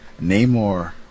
Namor